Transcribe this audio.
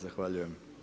Zahvaljujem.